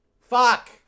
Fuck